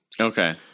okay